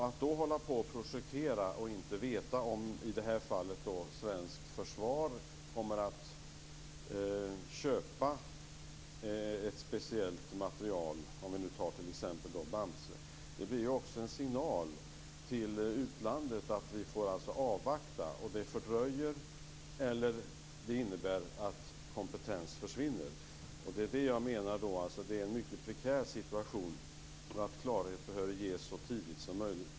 Att då hålla på att projektera och inte veta om svenskt försvar kommer att köpa en speciell materiel, t.ex. Bamse, blir en signal till utlandet om att man får avvakta. Det innebär att kompetens försvinner, vilket leder till en mycket prekär situation, och att klarhet därför bör ges så tidigt som möjligt.